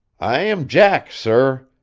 i am jack, sir.